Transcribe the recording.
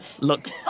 Look